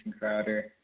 Crowder